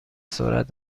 سرعت